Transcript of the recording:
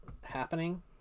happening